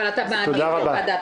אבל אתה מעדיף את ועדת